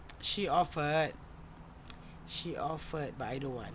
she offered she offered but I don't want